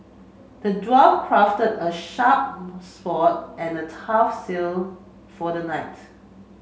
the dwarf crafted a sharp sword and a tough shield for the knight